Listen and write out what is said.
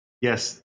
yes